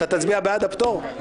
אתה תצביע בעד הפטור?